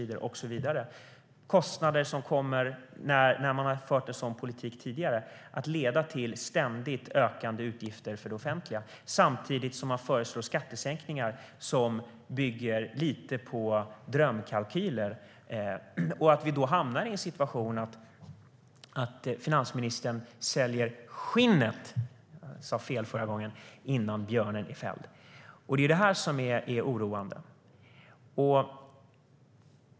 Det är kostnader som leder till ständigt ökande utgifter för det offentliga. Så har det varit när man tidigare fört en sådan politik. Samtidigt föreslås skattesänkningar som lite grann bygger på drömkalkyler. Då hamnar vi i den situationen att finansministern säljer skinnet - jag sa fel i förra anförandet - innan björnen är fälld. Det är oroande.